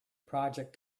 project